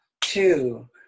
Two